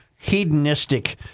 hedonistic